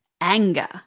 anger